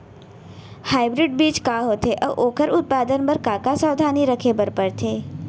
Hybrid बीज का होथे अऊ ओखर उत्पादन बर का का सावधानी रखे बर परथे?